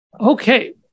Okay